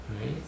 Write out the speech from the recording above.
right